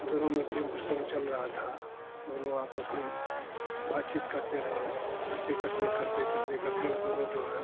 दोनों में प्रेम प्रसंग चल रहा था दोनों आपस में बातचीत करते रहे करते करते करते करते करते वो दोनों जो है